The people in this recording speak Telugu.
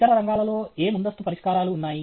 ఇతర రంగాలలో ఏ ముందస్తు పరిష్కారాలు ఉన్నాయి